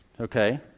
okay